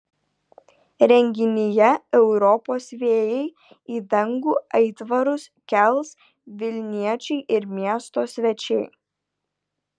renginyje europos vėjai į dangų aitvarus kels vilniečiai ir miesto svečiai